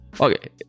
Okay